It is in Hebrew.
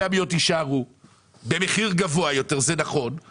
חגי לוין, הפרופסור המלומד, קרא לאנשים פה סוחרי